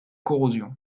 corrosion